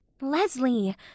Leslie